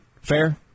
Fair